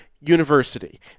university